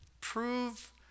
prove